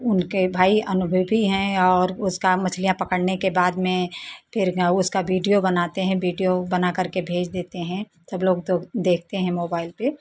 उनके भाई अनुभवी हैं और उसका मछलियां पकड़ने के बाद में फिर म्याउ उसका बीडीयो बनाते हैं बीडीयो बना करके भेज देते हैं सब लोग तो देखते हैं मोबाइल पे